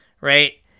Right